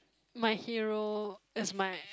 my hero as my